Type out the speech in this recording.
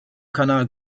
canal